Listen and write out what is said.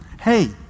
hey